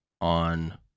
on